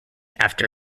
after